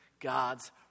God's